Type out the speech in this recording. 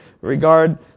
regard